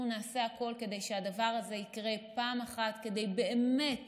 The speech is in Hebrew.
אנחנו נעשה הכול כדי שהדבר הזה יקרה, כדי באמת